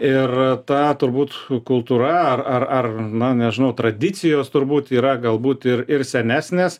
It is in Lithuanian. ir ta turbūt kultūra ar ar na nežinau tradicijos turbūt yra galbūt ir ir senesnės